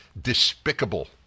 despicable